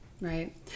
Right